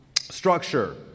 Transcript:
structure